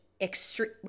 extreme